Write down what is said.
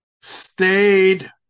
stayed